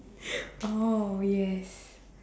oh yes